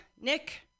nick